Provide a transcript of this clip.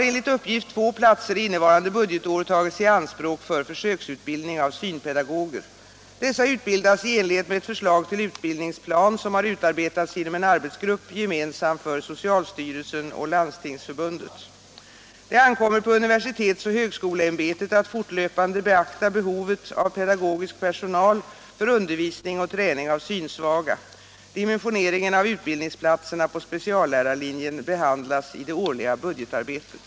100 Det ankommer på universitets och högskoleämbetet att fortlöpande beakta behovet av pedagogisk personal för undervisning och träning av synsvaga. Dimensioneringen av utbildningsplatserna på speciallärarlinjen behandlas i det årliga budgetarbetet.